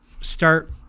start